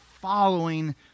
following